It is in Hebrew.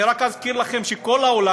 אני רק אזכיר לכם שכל העולם,